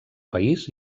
país